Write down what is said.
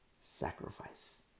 sacrifice